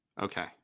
Okay